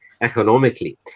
economically